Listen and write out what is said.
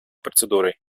процедурой